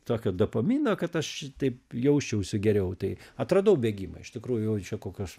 tokio dopamino kad aš taip jausčiausi geriau tai atradau bėgimą iš tikrųjų jau čia kokius